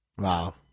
wow